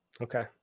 Okay